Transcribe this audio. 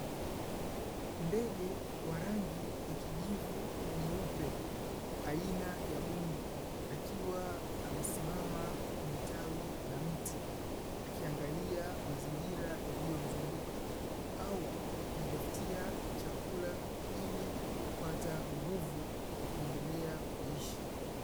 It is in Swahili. Ndege wa rangi ya kijivu na nyeupe aina ya bundi, akiwa amesimama kwenye tawi la mti. Akiangalia mazingira yaliyomzunguka, au kujitafutia chakula ili kupata nguvu ya kuendelea kuishi.